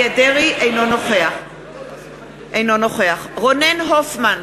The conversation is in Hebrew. אינו נוכח רונן הופמן,